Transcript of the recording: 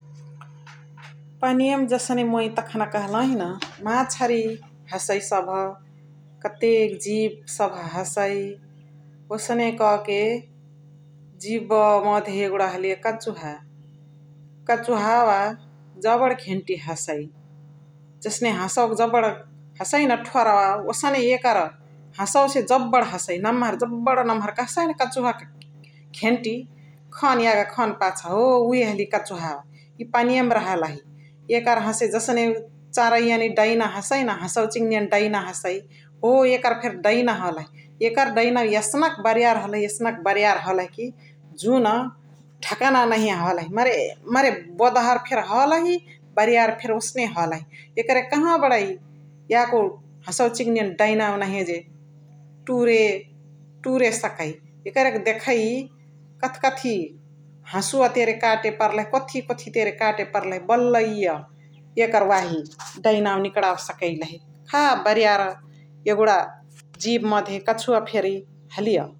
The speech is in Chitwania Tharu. पनियमा जसने मुई तखाना कहलहि न । माछरी हसै सभ कतेक जिब सभ हसै ओसने कहके यघुडा जिब मधे हलिय कछुहा । कछुहावा जबड घेन्टी हसै । जससे हसवाक जबड हसै न ठोरवा ओसने एकरा हसवासे जबड हसै नम्हर जबड नम्हर कहसै न कछुहा क घेन्टी खन्यागा खन्पाछा हो उहे हलिय कछुवावा । इय पनिया मा रहलही एकर हसे जसने चराइया नि दैना हसै न, हसवा चि दैन हसै हो एकर फेनी दैन हलही । एकर दैन एस्कन बरियार हलही एस्कन बरियार हलही कि जुना ढकना नहिय हलही मारे मारे बोदहर फेरी हलही बरियार फेरी ओसने हलही । एकर कहवा बरै याको हसवा चिन नि दैनावा नहिया जे टुरे टुरे सकै एकरे देखै कथ कथि हसुवा तेरे कटे पर्लही कथि कथि तेरे कटे पर्लही बल्ल इय एकर वाही दैनवा निकणवे सकैलही खा बरियार यगुडा जिब मधे कछुवा हलिय ।